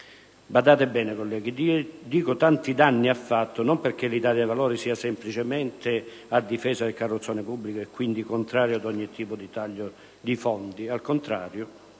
Badate bene, colleghi, dico "tanti danni ha fatto", non perché l'Italia dei Valori sia semplicemente a difesa del carrozzone pubblico e quindi contraria ad ogni tipo di taglio di fondi.